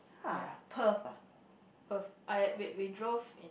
ya Perth I we we drove in